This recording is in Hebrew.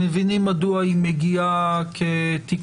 אנחנו מבינים מדוע היא מגיעה כתיקון